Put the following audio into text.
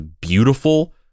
beautiful